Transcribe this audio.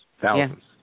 thousands